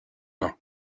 mains